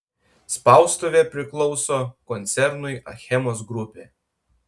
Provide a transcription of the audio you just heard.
spaustuvė priklauso koncernui achemos grupė